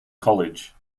college